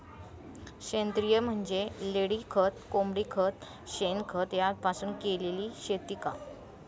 सेंद्रिय म्हणजे लेंडीखत, कोंबडीखत, शेणखत यापासून केलेली शेती का?